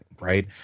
right